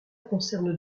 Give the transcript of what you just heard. concerne